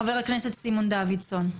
חבר הכנסת סימון דוידסון.